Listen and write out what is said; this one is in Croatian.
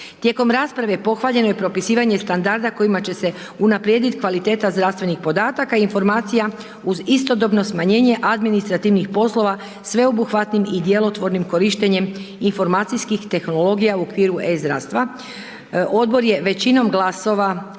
Tijekom rasprave je pohvaljeno i propisivanje standarda kojima će se unaprijediti kvaliteta zdravstvenih podataka informacija uz istodobno smanjenje administrativnih poslova sveobuhvatnim i djelotvornim korištenjem informacijskih tehnologija u okviru e-zdravstva. Odbor je većinom glasova